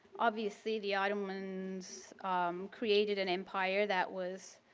obviously, the ottomans created an empire that was